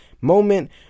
moment